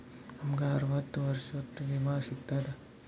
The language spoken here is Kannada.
ನಮ್ ಗ ಅರವತ್ತ ವರ್ಷಾತು ವಿಮಾ ಸಿಗ್ತದಾ?